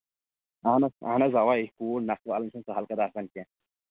اہن حظ اَہن حظ اَوا یے چھے کوٗر نَکھٕ والٕنۍ یہِ چھَنہٕ سہل کَتھ آسان کیٚنٛہہ